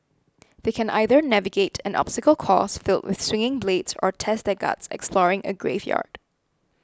they can either navigate an obstacle course filled with swinging blades or test their guts exploring a graveyard